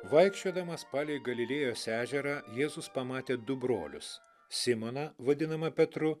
vaikščiodamas palei galilėjos ežerą jėzus pamatė du brolius simoną vadinamą petru